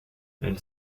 elle